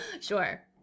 Sure